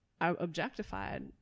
objectified